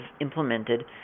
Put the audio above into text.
implemented